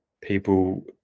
people